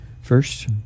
First